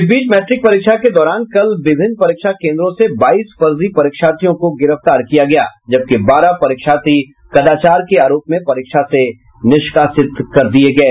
इस बीच मैट्रिक परीक्षा के दौरान कल विभिन्न परीक्षा केन्द्रों से बाईस फर्जी परीक्षार्थियों को गिरफ्तार किया गया जबकि बारह परीक्षार्थी कदाचार के आरोप में परीक्षा से निष्कासित किये गये